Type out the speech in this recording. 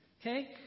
Okay